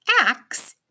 Axe